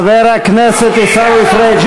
חבר הכנסת עיסאווי פריג',